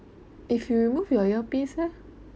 if you remove your earpiece leh